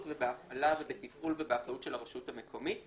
ובהפעלה ובטיפול ובאחריות של הרשות המקומית,